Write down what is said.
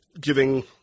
giving